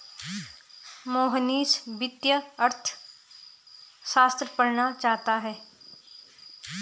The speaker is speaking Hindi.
मोहनीश वित्तीय अर्थशास्त्र पढ़ना चाहता है